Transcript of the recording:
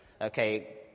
Okay